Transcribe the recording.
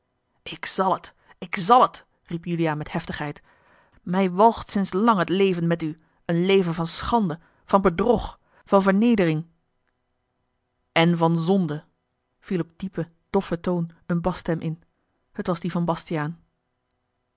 ik zal het ik zal het riep juliaan met heftigheid mij walgt sinds lang van het leven met u een leven van schande van bedrog van vernedering en van zonde viel op diepen doffen toon eene basstem in het was die van bastiaan